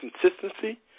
consistency